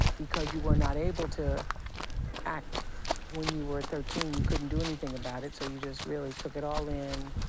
because you were not able to act when you were thirteen, you couldn't do anything about it so you just really took it all in,